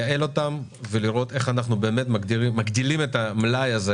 לייעל אותן ולראות איך אנחנו מגדילים את המלאי הזה